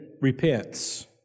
repents